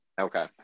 Okay